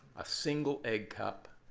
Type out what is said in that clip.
a single egg cup.